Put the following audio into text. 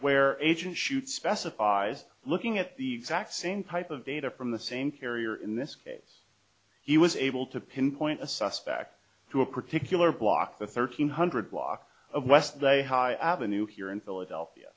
where agent shoots specifies looking at the sack same type of data from the same carrier in this case he was able to pinpoint a suspect to a particular block the thirteen hundred block of west day high ave here in philadelphia